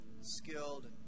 skilled